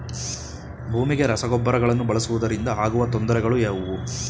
ಭೂಮಿಗೆ ರಸಗೊಬ್ಬರಗಳನ್ನು ಬಳಸುವುದರಿಂದ ಆಗುವ ತೊಂದರೆಗಳು ಯಾವುವು?